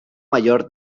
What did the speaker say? mayor